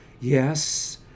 Yes